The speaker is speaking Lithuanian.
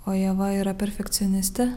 o ieva yra perfekcionistė